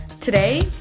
Today